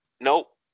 nope